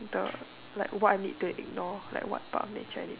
the like what I need to ignore like what part of nature